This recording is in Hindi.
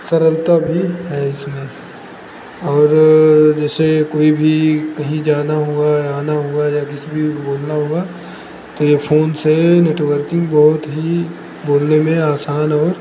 सरलता भी है इसमें और जैसे कोई भी कहीं भी जाना हुआ आना हुआ या किसी भी बोलना हुआ तो ये फोन से नेटवर्किंग बहुत ही बोलने में आसान है